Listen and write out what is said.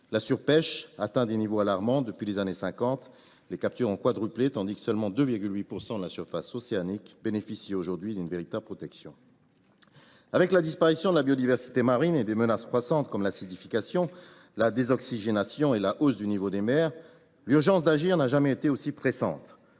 La surpêche atteint des niveaux alarmants : depuis les années 1950, les captures ont quadruplé, tandis que seulement 2,8 % de la surface océanique bénéficie aujourd’hui d’une véritable protection. Avec la disparition de la biodiversité marine et la prégnance de menaces croissantes comme l’acidification, la désoxygénation et la hausse du niveau des mers, l’urgence d’agir n’a jamais été aussi pressante.